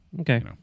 Okay